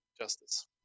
justice